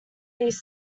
east